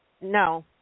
No